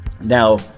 Now